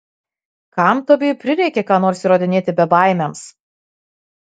kam tobijui prireikė ką nors įrodinėti bebaimiams